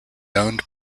owned